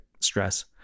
stress